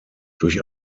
durch